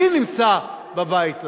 מי נמצא בבית הזה?